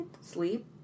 Sleep